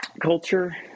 culture